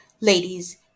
Ladies